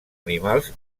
animals